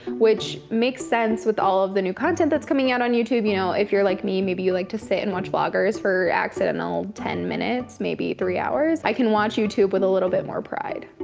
which makes sense, with all of the new content that's coming out on youtube. you know if you're like me, maybe you like to sit and watch vloggers for accidental ten minutes, maybe three hours. i can watch youtube with a little bit more pride.